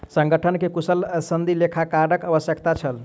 संगठन के कुशल सनदी लेखाकारक आवश्यकता छल